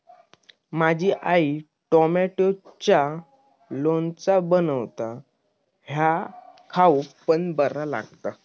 माझी आई टॉमॅटोचा लोणचा बनवता ह्या खाउक पण बरा लागता